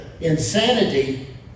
insanity